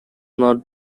not